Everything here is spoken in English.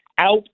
out